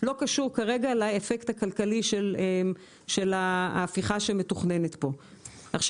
לא קשור כרגע לאפקט הכלכלי של ההפיכה שמתוכננת כאן.